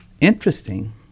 Interesting